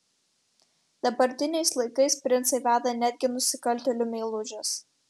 dabartiniais laikais princai veda netgi nusikaltėlių meilužes